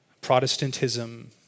Protestantism